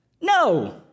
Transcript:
No